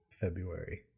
February